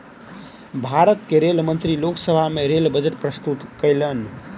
भारत के रेल मंत्री लोक सभा में रेल बजट प्रस्तुत कयलैन